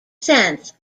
sense